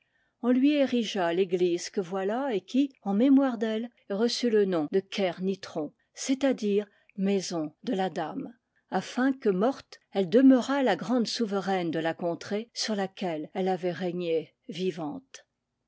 on lui érigea l'église que voilà et qui en mémoire d'elle reçut le nom de kernitron c'est-à-dire maison de la dame afin que morte elle demeurât la grande souveraine de la contrée sur laquelle elle avait régné vivante